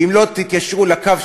כי אנחנו רוצים לקבוע מי,